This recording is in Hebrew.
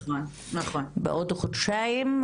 בעוד חודשיים,